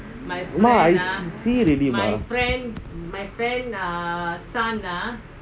mah I see already [what]